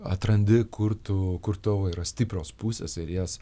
atrandi kur tu kur tau yra stiprios pusės ir jas